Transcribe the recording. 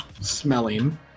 smelling